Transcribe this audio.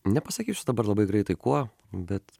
nepasakysiu dabar labai greitai kuo bet